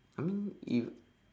I mean you